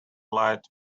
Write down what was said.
lights